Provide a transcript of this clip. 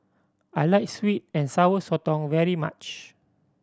I like sweet and Sour Sotong very much